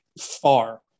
far